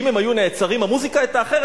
שאם הם היו נעצרים המוזיקה היתה אחרת.